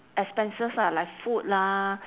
expenses ah like food lah